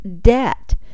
debt